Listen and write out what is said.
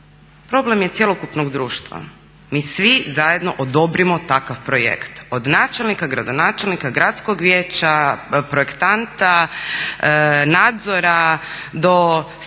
problem je cjelokupnog društva. Mi svi zajedno odobrimo takav projekt. Od načelnika, gradonačelnika, gradskog vijeća, projektanta, nadzora do